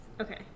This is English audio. Okay